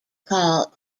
call